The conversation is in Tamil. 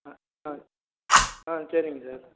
ஆ ஆ ஆ சரிங்க சார்